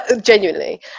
genuinely